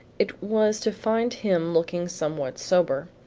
it was to find him looking somewhat sober.